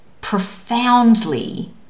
profoundly